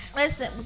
listen